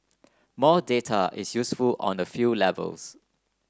more data is useful on a few levels